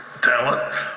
talent